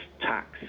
tax